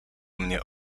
mnie